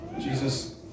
Jesus